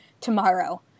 tomorrow